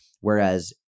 Whereas